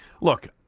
Look